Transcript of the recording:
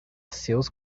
seus